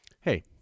Hey